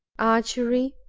archery,